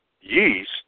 yeast